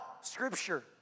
Scripture